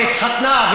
כשהיא התחתנה,